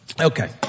Okay